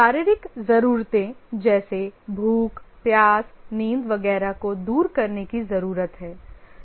शारीरिक जरूरतें जैसे भूख प्यास नींद वगैरह को दूर करने की जरूरत हैं